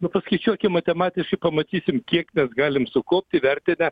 nu paskaičiuokim matematiškai pamatysim kiek mes galim sukaupti vertinę